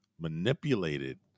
manipulated